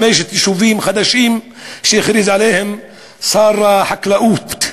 חמישה יישובים חדשים שהכריז עליהם שר החקלאות,